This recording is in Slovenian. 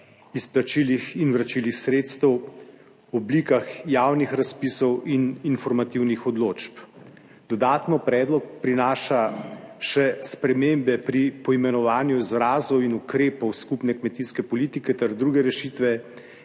izplačilih in vračilih sredstev, oblikah javnih razpisov in informativnih odločb. Dodatno predlog prinaša še spremembe pri poimenovanju izrazov in ukrepov skupne kmetijske politike ter druge rešitve